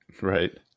Right